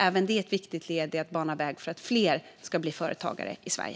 Även det är ett viktigt led i att bana väg för fler att bli företagare i Sverige.